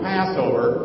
Passover